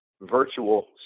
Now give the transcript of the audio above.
virtual